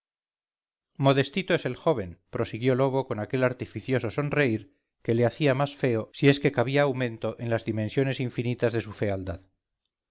modestito es el joven prosiguió lobo con aquel artificioso sonreír que le hacía más feo si es que cabía aumento en las dimensiones infinitas de su fealdad